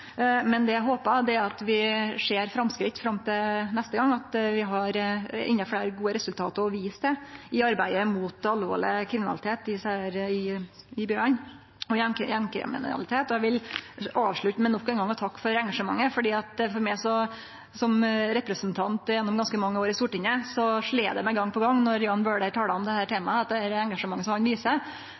eg håpar, er at vi ser framskritt fram til neste gong, at vi har enno fleire gode resultat å vise til i arbeidet mot alvorleg kriminalitet og gjengkriminalitet, især i byane. Eg vil avslutte med nok ein gong å takke for engasjementet. For meg som representant gjennom ganske mange år i Stortinget slår det meg gong på gong når Jan Bøhler talar om dette temaet, at det engasjementet han viser, er ein sånn type engasjement som